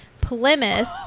Plymouth